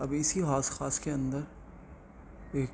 اب اسی حوض خاص کے اندر ایک